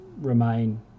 remain